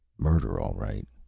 murder all right.